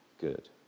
good